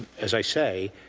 as i say,